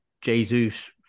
Jesus